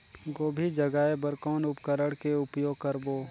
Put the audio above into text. गोभी जगाय बर कौन उपकरण के उपयोग करबो?